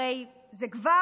הרי זה כבר